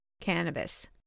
cannabis